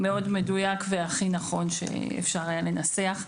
זה היה מאוד מדויק והכי נכון שאפשר היה לנסח.